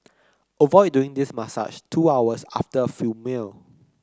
avoid doing this massage two hours after a full meal